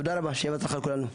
תודה רבה ושיהיה לכולנו בהצלחה.